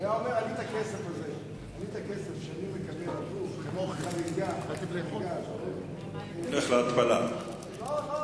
והיה אומר: את הכסף שאני מקבל עבור החריגה הזאת אני נותן לדברים אחרים.